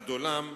עד עולם,